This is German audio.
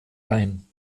ein